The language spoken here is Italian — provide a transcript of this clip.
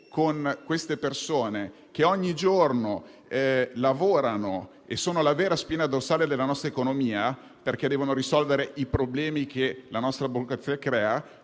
con queste persone che ogni giorno lavorano e sono la vera spina dorsale della nostra economia - devono risolvere i problemi che la nostra burocrazia crea